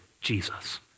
Jesus